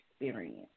experience